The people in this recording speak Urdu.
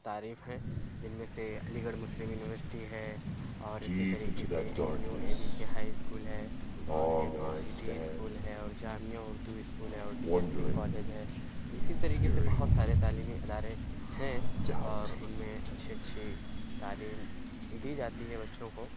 تعریف ہیں جن میں سے علی گڑھ مسلم یونیوسٹی ہے اور اسی طریقے سے M U A B K high school ہے اور ایم یو سیٹی اسکول ہے اور جامعہ اردو اسکول ہے اور ڈی ایس کے کالج ہے تو اسی طریقے سے بہت سارے تعلیمی ادارے ہیں اور ان میں اچھی اچھی تعلیم دی جاتی ہے بچوں کو